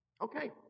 Okay